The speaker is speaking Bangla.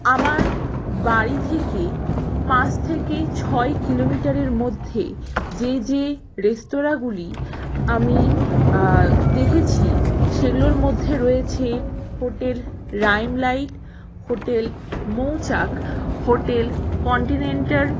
আমার বাড়ি থেকে পাঁচ থেকে ছয় কিলোমিটারের মধ্যে যে যে রেস্তোরাঁগুলি আমি দেখেছি সেগুলোর মধ্যে রয়েছে hotel Limelight hotel Mouchak hotel continental